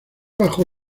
bajo